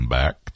back